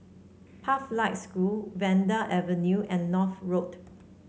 School Vanda Avenue and North Road